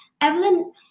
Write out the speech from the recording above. Evelyn